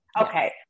Okay